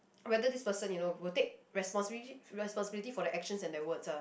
whether this person you know will take responsibility responsibility for their actions and their words ah